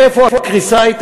איפה הייתה הקריסה?